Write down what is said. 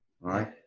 Right